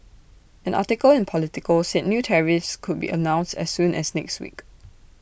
an article in Politico said new tariffs could be announced as soon as next week